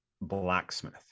blacksmith